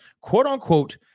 quote-unquote